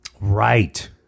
Right